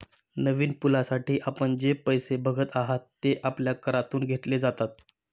नवीन पुलासाठी आपण जे पैसे बघत आहात, ते आपल्या करातून घेतले जातात